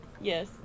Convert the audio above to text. Yes